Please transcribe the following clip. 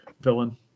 villain